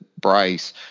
Bryce